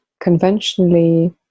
conventionally